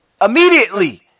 Immediately